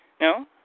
No